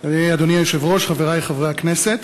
אדוני היושב-ראש, חברי חברי הכנסת,